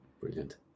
brilliant